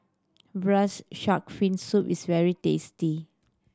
Braised Shark Fin Soup is very tasty